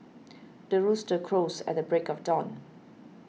the rooster crows at the break of dawn